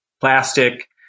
plastic